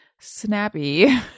snappy